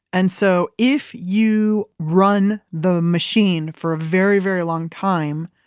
and so if you run the machine for a very, very long time,